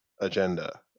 agenda